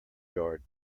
yard